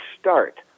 start